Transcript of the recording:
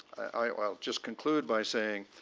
i'll just conclude by saying